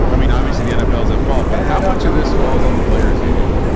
i mean, obviously the nfl is a fault, but how much of this falls on the players union?